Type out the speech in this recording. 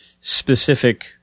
specific